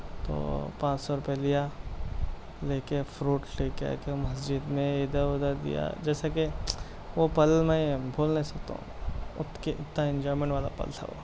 تو پانچ سو روپئے لیا لے کے فروٹ لے کے آئے تھے مسجد میں ادھر ادھر دیا جیسا کہ وہ پل میں اب بھول نہیں سکتا ہوں وقت کہ اتنا انجوائمنٹ والا پل تھا وہ